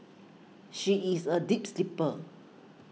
she is a deep sleeper